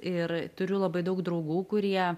ir turiu labai daug draugų kurie